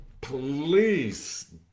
please